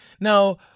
Now